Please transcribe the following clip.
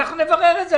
אנחנו נברר את זה.